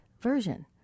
version